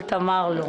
על תמר לא.